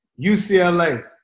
UCLA